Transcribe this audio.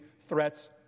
threats